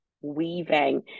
weaving